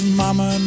mama